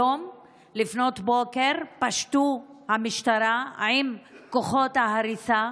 היום לפנות בוקר פשטו המשטרה וכוחות ההריסה,